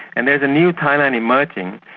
and there's a new thailand emerging,